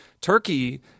Turkey